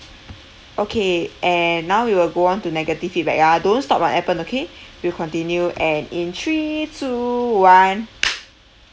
okay and now we will go on to negative feedback ah don't stop the appen okay we'll continue and in three two one